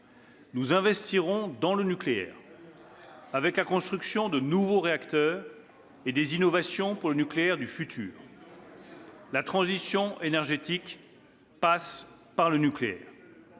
Nous investirons dans le nucléaire, avec la construction de nouveaux réacteurs et des innovations pour le nucléaire du futur. La transition énergétique passe par le nucléaire.